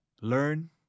learn